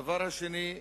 הדבר השני,